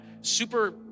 super